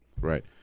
Right